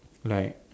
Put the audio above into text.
like